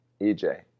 EJ